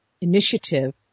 initiative